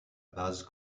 base